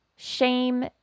Shame